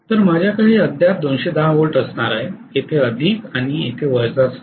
तर माझ्याकडे हे अद्याप २१० व्होल्ट असणार आहे येथे अधिक आणि येथे वजासह